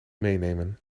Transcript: meenemen